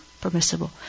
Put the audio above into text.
permissible